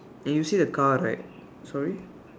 you can see a car right sorry